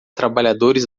trabalhadores